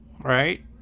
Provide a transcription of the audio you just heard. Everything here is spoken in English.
Right